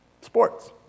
sports